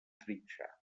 trinxar